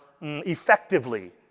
effectively